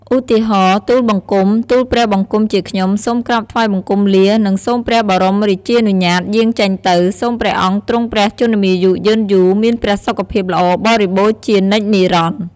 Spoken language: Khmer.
ឧទាហរណ៍ ទូលបង្គំ ទូលព្រះបង្គំជាខ្ញុំ សូមក្រាបថ្វាយបង្គំលា និងសូមព្រះបរមរាជានុញ្ញាតយាងចេញទៅ សូមព្រះអង្គទ្រង់ព្រះជន្មាយុយឺនយូរ មានព្រះសុខភាពល្អបរិបូរណ៍ជានិច្ចនិរន្តរ៍។